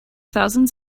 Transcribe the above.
thousands